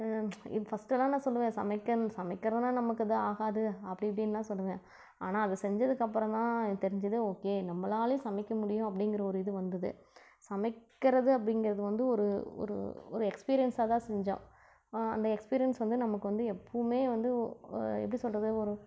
first எல்லாம் நான் சொல்லுவேன் சமைக்க சமைக்கிறதெலாம் நமக்கு அது ஆகாது அப்படி இப்படின்லாம் சொல்லுவேன் ஆனால் அது செஞ்சதுக்கப்புறோந்தான் எனக்கு தெரிஞ்சுது ஓகே நம்பளாலையும் சமைக்க முடியும் அப்படிங்கிற ஒரு இது வந்துது சமைக்கிறது அப்படிங்கிறது வந்து ஒரு ஒரு ஒரு எக்ஸ்பீரியன்ஸாக தான் செஞ்சேன் அந்த எக்ஸ்பீரியன்ஸ் வந்து நமக்கு வந்து எப்பவுமே வந்து ஓ எப்படி சொல்வது ஒரு